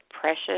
precious